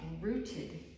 rooted